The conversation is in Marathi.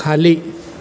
खाली